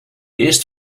eerst